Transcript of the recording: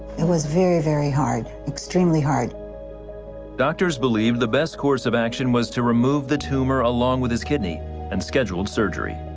it was very, very hard. extremely hard. reporter doctors believed the best course of action was to remove the tumor along with his kidney and scheduled surgery.